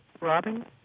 Robin